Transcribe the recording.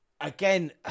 Again